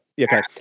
Okay